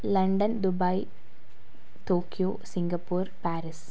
London Dubai Tokyo Singapore Paris